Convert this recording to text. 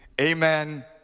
Amen